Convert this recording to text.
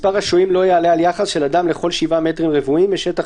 מספר השוהים לא יעלה על יחס של אדם לכל 7 מטרים רבועים משטח